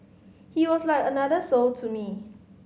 he was like another soul to me